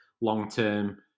long-term